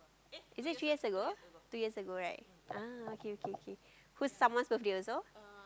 is it three years ago two years ago right ah okay okay okay whose someone's birthday also